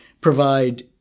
provide